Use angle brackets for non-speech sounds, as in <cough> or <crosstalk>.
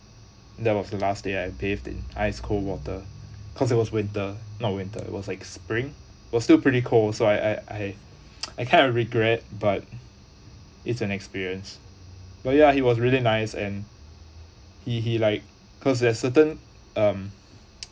that was the last day I bathed in ice cold water cause it was winter not winter it was like spring was still pretty cold so I I I <noise> I kind of regret but it's an experience but yeah he was really nice and he he like cause there's re certain um <noise>